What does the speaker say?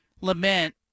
lament